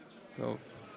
טוב.